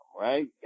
right